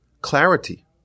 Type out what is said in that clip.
clarity